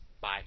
bye